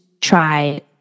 try